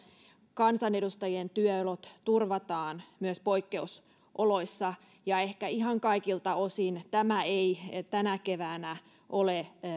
kansanedustajien työolot turvataan myös poikkeusoloissa ja ehkä ihan kaikilta osin tämä ei ei tänä keväänä ole